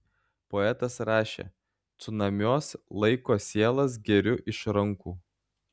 poetas rašė cunamiuos laiko sielas geriu iš rankų